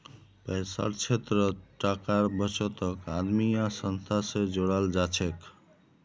पैसार क्षेत्रत टाकार बचतक आदमी या संस्था स जोड़ाल जाछेक